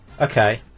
Okay